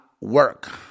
work